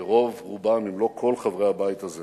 שרוב רובם של חברי הבית הזה